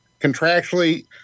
contractually